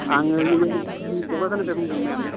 आंङो इउएन क'क्राझारनिफ्राय बुंदों मेम